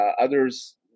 others